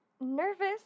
nervous